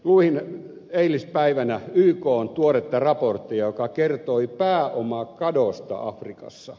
luin eilispäivänä ykn tuoretta raporttia joka kertoi pääomakadosta afrikassa